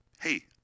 Hey